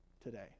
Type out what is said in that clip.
today